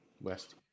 West